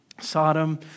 Sodom